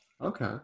Okay